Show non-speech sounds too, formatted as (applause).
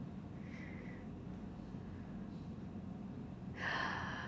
(breath)